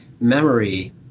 memory